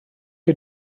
chi